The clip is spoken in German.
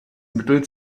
mittel